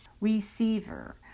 receiver